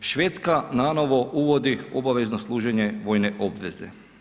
Švedska nanovo uvodi obavezno služenje vojne obveze.